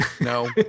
No